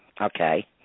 Okay